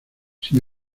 sin